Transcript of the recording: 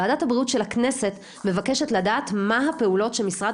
ועדת הבריאות של הכנסת מבקשת לדעת מה הפעולות שמשרד